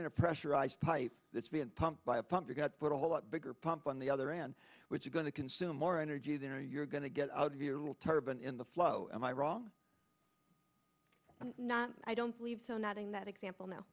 in a pressurized pipe that's being pumped by a pump you've got put a whole lot bigger pump on the other end which is going to consume more energy than you're going to get out of your little turban in the flow am i wrong not i don't believe so not in that example now